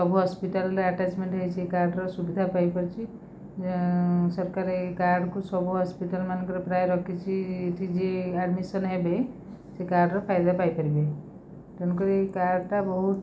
ସବୁ ହସ୍ପିଟାଲରେ ଆଟାଜମେଣ୍ଟ ହେଇଛି କାର୍ଡ଼ର ସୁବିଧା ପାଇପାରିଛି ସରକାର ଏଇ କାର୍ଡ଼କୁ ସବୁ ହସ୍ପିଟାଲମାନଙ୍କରେ ପ୍ରାୟେ ରଖିଛି ଯିଏ ଆଡ଼ମିସନ ହେବେ ସେ କାର୍ଡ଼ର ଫାଇଦା ପାଇପାରିବେ ତେଣୁକରି କାର୍ଡ଼ଟା ବହୁତ